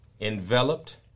enveloped